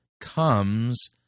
comes